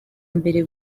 mbere